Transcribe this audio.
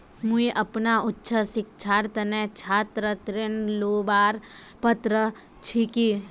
मुई अपना उच्च शिक्षार तने छात्र ऋण लुबार पत्र छि कि?